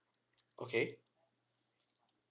okay